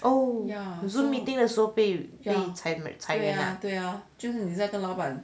Zoom meeting 的时候被裁员 ah